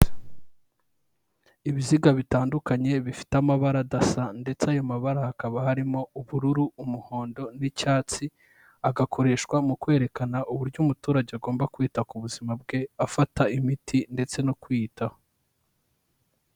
Ibiziga bitandukanye bifite amabara adasa ndetse ayo mabara hakaba harimo ubururu, umuhondo n'icyatsi, agakoreshwa mu kwerekana uburyo umuturage agomba kwita ku buzima bwe afata imiti ndetse no kwiyitaho.